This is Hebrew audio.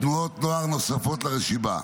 תנועות נוער נוספות לרשימה.